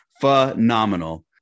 phenomenal